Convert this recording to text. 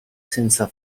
senza